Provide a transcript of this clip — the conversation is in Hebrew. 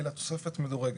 אלא תוספת מדורגת.